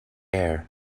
air